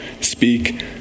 speak